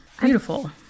Beautiful